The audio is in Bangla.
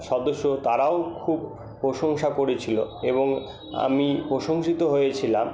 সদস্য তারাও খুব প্রশংসা করেছিলো এবং আমি প্রশংসিত হয়েছিলাম